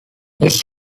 his